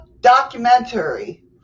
documentary